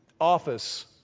office